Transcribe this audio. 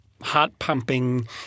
heart-pumping